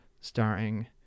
starring